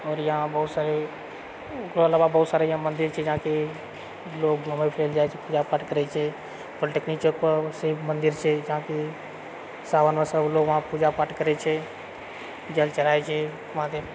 यहाँ बहुत सारे ओकरा अलावा बहुत सारा यहाँ मन्दिर छै जहाँकी लोग घुमै फिरै जाइ छै पूजा पाठ करै पॉलिटेक्निक चौक पर शिव मन्दिर छै जहाँकी सावनमे सबलोग वहाँ पूजा पाठ करै छै जल चढ़ाबए छै महादेव